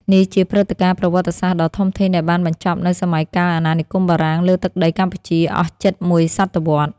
នេះជាព្រឹត្តិការណ៍ប្រវត្តិសាស្ត្រដ៏ធំធេងដែលបានបញ្ចប់នូវសម័យកាលអាណានិគមបារាំងលើទឹកដីកម្ពុជាអស់ជិតមួយសតវត្សរ៍។